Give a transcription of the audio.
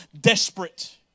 desperate